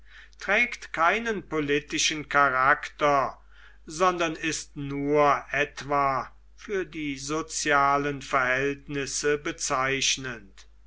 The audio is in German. trägt keinen politischen charakter sondern ist nur etwa für die sozialen verhältnisse bezeichnend